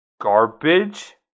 garbage